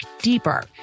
deeper